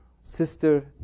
sister